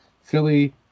Philly